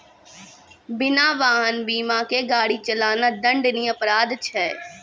बिना वाहन बीमा के गाड़ी चलाना दंडनीय अपराध छै